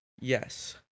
Yes